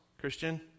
Christian